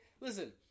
Listen